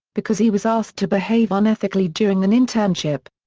because he was asked to behave unethically during an internship.